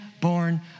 born